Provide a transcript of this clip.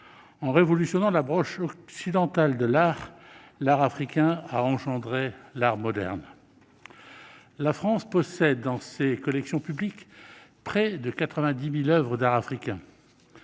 En révolutionnant l'approche occidentale de l'art, l'art africain a engendré l'art moderne. La France possède dans ses collections publiques près de 90 000 oeuvres d'art africain.